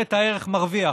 בשרשרת הערך מרוויח.